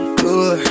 good